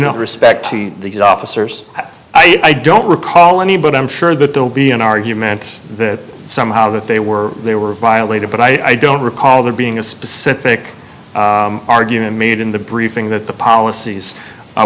know respect to these officers i don't recall any but i'm sure that there will be an argument that somehow that they were they were violated but i don't recall there being a specific argument made in the briefing that the policies